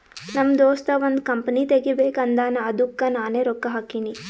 ನಮ್ ದೋಸ್ತ ಒಂದ್ ಕಂಪನಿ ತೆಗಿಬೇಕ್ ಅಂದಾನ್ ಅದ್ದುಕ್ ನಾನೇ ರೊಕ್ಕಾ ಹಾಕಿನಿ